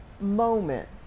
moment